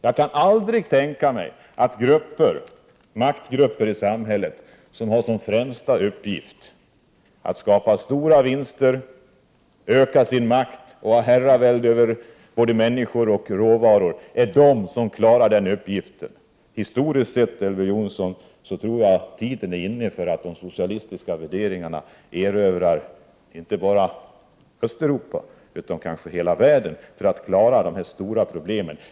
Jag kan aldrig tänka mig att maktgrupper i samhället som har som främsta uppgift att skapa stora vinster, öka sin makt och ha herravälde över både människor och råvaror är de som klarar den uppgiften. Historiskt sett tror jag, Elver Jonsson, att tiden är inne för de socialistiska värderingarna att erövra inte bara Östeuropa utan kanske hela världen, för att dessa stora problem skall kunna lösas.